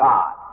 God